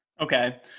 Okay